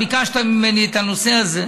ביקשת ממני את הנושא הזה,